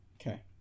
Okay